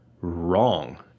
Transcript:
wrong